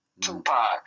Tupac